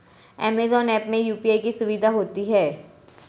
Amazon app में UPI की सुविधा होती है